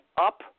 up